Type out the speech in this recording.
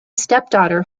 stepdaughter